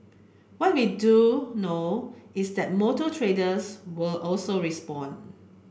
what we do know is that motor traders will also respond